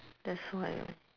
that's why orh